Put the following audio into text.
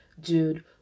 dude